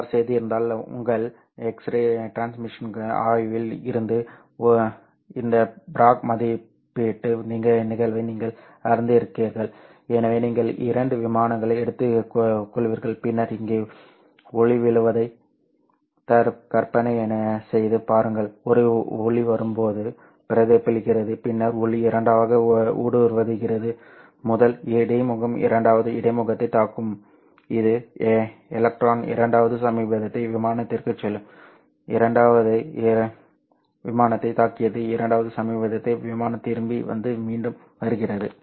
நீங்கள் அவ்வாறு செய்திருந்தால் உங்கள் எக்ஸ்ரே டிஃப்ராஃப்ரக்ஷன் ஆய்வில் இருந்து இந்த ப்ராக்ட் மதிப்பீட்டு நிகழ்வை நீங்கள் அறிந்திருக்கிறீர்கள் எனவே நீங்கள் இரண்டு விமானங்களை எடுத்துக்கொள்வீர்கள் பின்னர் இங்கே ஒளி விழுவதை கற்பனை செய்து பாருங்கள் ஒரு ஒளி வரும் போது பிரதிபலிக்கிறது பின்னர் ஒளி இரண்டாவதாக ஊடுருவுகிறது முதல் இடைமுகம் இரண்டாவது இடைமுகத்தைத் தாக்கும் இது எலக்ட்ரான் இரண்டாவது சமீபத்திய விமானத்திற்குச் செல்லும் இரண்டாவது விமானத்தைத் தாக்கியது இரண்டாவது சமீபத்திய விமானம் திரும்பி வந்து மீண்டும் வருகிறது